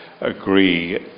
agree